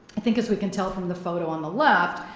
i think, as we can tell from the photo on the left,